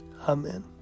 Amen